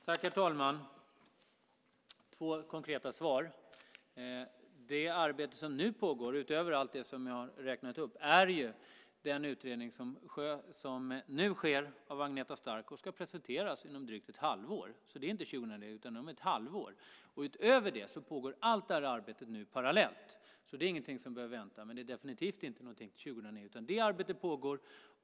Herr talman! Jag har två konkreta svar. Det arbete som pågår, utöver allt det som jag har räknat upp, är den utredning som nu görs av Agneta Stark och som ska presenteras inom drygt ett halvår. Det är inte 2009, utan det är om ett halvår. Utöver det pågår allt det här arbetet parallellt. Det är ingenting som behöver vänta, definitivt inte till 2009, utan det arbetet pågår.